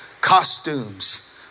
costumes